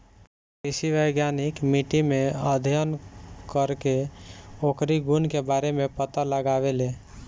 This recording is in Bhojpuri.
कृषि वैज्ञानिक मिट्टी के अध्ययन करके ओकरी गुण के बारे में पता लगावेलें